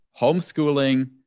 homeschooling